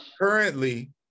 Currently